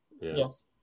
Yes